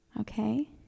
Okay